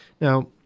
Now